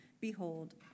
behold